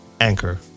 Anchor